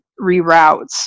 reroutes